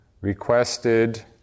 requested